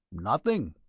nothing.